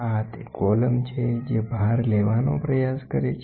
આ તે કોલમ છે જે ભાર લેવાનો પ્રયાસ કરે છે